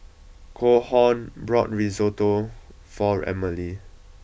Calhoun bought Risotto for Emely